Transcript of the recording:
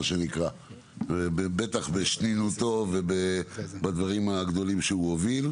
בטח בשנינותו ובדברים הגדולים שהוא הוביל.